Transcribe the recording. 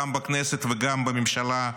גם בכנסת וגם בממשלה,